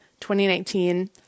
2019